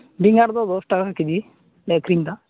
ᱵᱮᱸᱜᱟᱲ ᱫᱚ ᱫᱚᱥ ᱴᱟᱠᱟ ᱠᱮᱡᱤᱞᱮ ᱟᱠᱷᱨᱤᱧ ᱮᱫᱟ